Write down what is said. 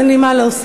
אין לי מה להוסיף.